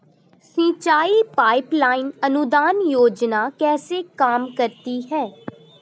सिंचाई pipeline अनुदान योजना कैसे काम करती है?